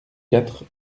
quatre